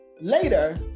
later